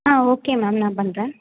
ஆ okay ma'am நான் பண்ணுறேன்